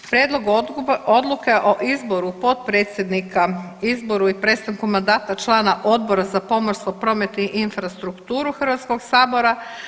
Prijedlog Odluke o izboru potpredsjednika, izboru i prestanku mandata člana Odbora za pomorstvo, promet i infrastrukturu Hrvatskog sabora.